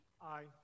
Aye